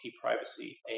privacy